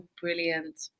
brilliant